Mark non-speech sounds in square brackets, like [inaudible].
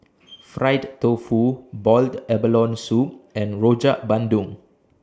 [noise] Fried Tofu boiled abalone Soup and Rojak Bandung